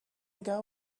ago